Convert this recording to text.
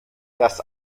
das